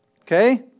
Okay